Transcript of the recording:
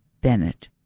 Bennett